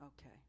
Okay